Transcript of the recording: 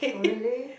oh really